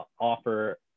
offer